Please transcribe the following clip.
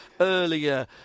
earlier